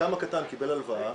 חלקם הקטן קיבל הלוואה,